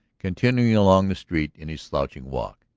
continuing along the street in his slouching walk.